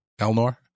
elnor